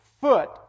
foot